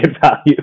value